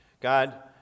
God